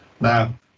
Now